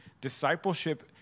Discipleship